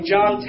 John